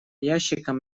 ящикам